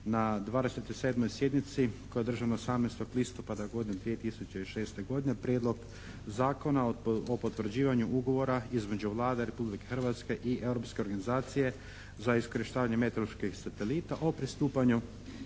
na 27. sjednici koja je održana 18. listopada 2006. godine Prijedlog zakona o potvrđivanju Ugovora između Vlade Republike Hrvatske i Europske organizacije za iskorištavanje meteoroloških satelita o pristupanju